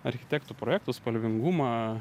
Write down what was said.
architektų projektų spalvingumą